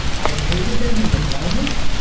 i hated them in the moment.